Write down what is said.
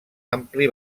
ampli